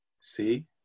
See